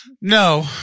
No